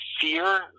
fear